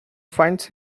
finds